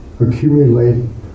Accumulating